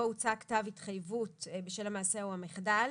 במועד שקדם למעשה או המחדל